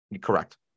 Correct